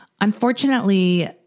Unfortunately